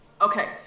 Okay